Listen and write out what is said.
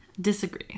disagree